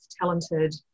talented